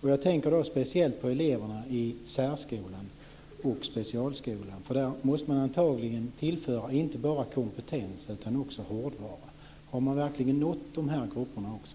komma. Jag tänker speciellt på eleverna i särskolan och specialskolan. Där måste man antagligen tillföra inte bara kompetens utan också hårdvara. Har man verkligen nått de grupperna också?